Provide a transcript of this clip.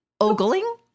Ogling